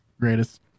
Greatest